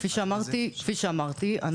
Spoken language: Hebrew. כפי שאמרתי,